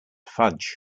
fudge